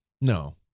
No